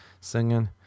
singing